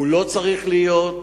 הוא לא צריך להיות,